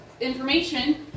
information